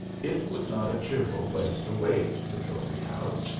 it was not a cheerful place to wait, the trophy-house.